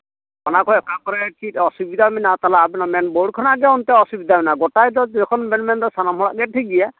ᱚᱱᱟ ᱠᱚ ᱚᱠᱟ ᱠᱚᱨᱮ ᱪᱮᱫ ᱚᱥᱩᱵᱤᱫᱟ ᱢᱮᱱᱟᱜᱼᱟ ᱛᱟᱦᱞᱮ ᱟᱵᱮᱱᱟᱜ ᱢᱮᱱ ᱵᱳᱲ ᱠᱷᱚᱱᱟᱜ ᱚᱱᱛᱮ ᱚᱥᱩᱵᱤᱫᱟ ᱢᱮᱱᱟᱜᱼᱟ ᱜᱚᱴᱟᱭ ᱫᱚ ᱡᱚᱠᱷᱚᱱ ᱵᱮᱱ ᱢᱮᱱᱫᱟ ᱥᱟᱱᱟᱢ ᱦᱚᱲᱟᱜ ᱜᱮ ᱴᱷᱤᱠ ᱜᱷᱭᱟ